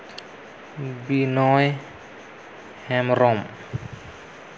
Binoy Hembrom